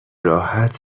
راحت